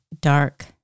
dark